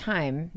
Time